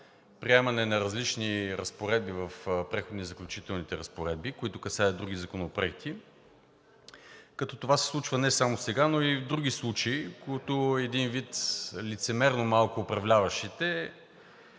приемане на различни разпоредби в Преходните и заключителните разпоредби, които касаят други законопроекти, като това се случва не само сега, но и в други случаи, които един вид малко лицемерно управляващите